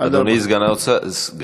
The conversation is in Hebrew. אדוני סגן השר?